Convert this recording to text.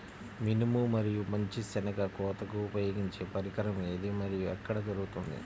మినుము మరియు మంచి శెనగ కోతకు ఉపయోగించే పరికరం ఏది మరియు ఎక్కడ దొరుకుతుంది?